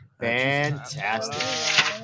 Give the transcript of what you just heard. Fantastic